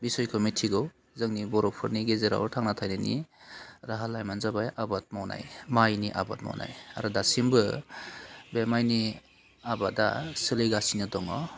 बिसयखौ मिथिगौ जोंनि बर'फोरनि गेजेराव थांना थानायनि राहा लामायानो जाबाय आबाद मावनाय मायनि आबाद मावनाय आरो दासिमबो बे मायनि आबादआ सोलिगासिनो दङ